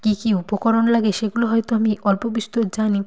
আর কী কী উপকরণ লাগে সেগুলো হয়তো আমি অল্প বিস্তর জানি